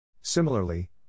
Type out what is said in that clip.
Similarly